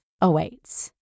awaits